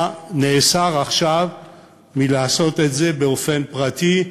נאסר עכשיו לעשות את זה באופן פרטי,